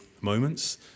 moments